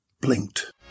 blinked